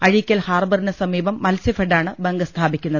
അഴീക്കൽ ഹാർബറിന് സമീപം മത്സ്യ ഫെഡാണ് ബങ്ക് സ്ഥാപിക്കുന്നത്